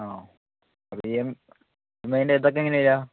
ആണോ E M I അതൊക്കെ എങ്ങനെയാണ് ചെയ്യുക